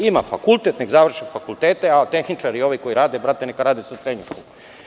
Ima fakultet, neka završe fakultete, a tehničari i ovi koji rade, neka rade sa srednjom školom.